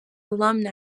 alumni